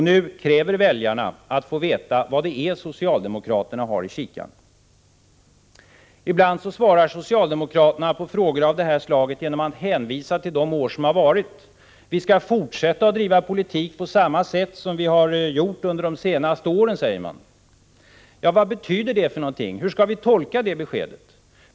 Nu kräver väljarna att få veta vad det är socialdemokraterna har i kikaren. Ibland svarar socialdemokraterna på frågor av det här slaget genom att hänvisa till de år som har varit. Vi skall fortsätta att driva politiken på samma sätt som vi gjort under de senaste åren, säger man. Vad betyder det för någonting? Hur skall vi tolka det beskedet?